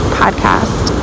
podcast